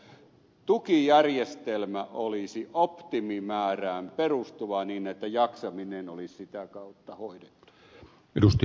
toivoisi että tukijärjestelmä olisi optimimäärään perustuva niin että jaksaminen olisi sitä kautta hoidettu